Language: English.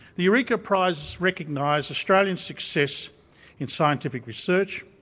the eureka prizes recognise australian success in scientific research,